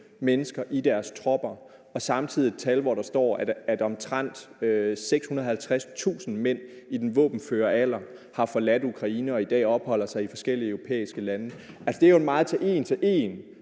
mennesker i deres tropper, og samtidig står der, at omtrent 650.000 mænd i den våbenføre alder har forladt Ukraine og i dag opholder sig i forskellige europæiske lande. Det er jo en meget en til